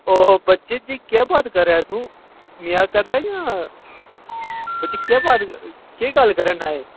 ओहो बच्चे यह क्या बात कर रहा है तू मज़ाक कर रहा है या बच्चे क्या बात केह् गल्ल कराना एह्